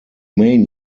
main